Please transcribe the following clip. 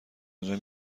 انجا